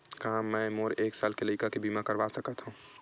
का मै मोर एक साल के लइका के बीमा करवा सकत हव?